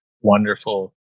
wonderful